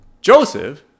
Joseph